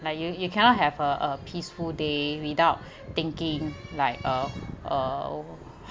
like you you cannot have a a peaceful day without thinking like uh uh over